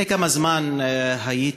יהודה גליק,